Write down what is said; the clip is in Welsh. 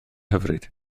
hyfryd